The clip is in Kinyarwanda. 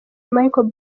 michael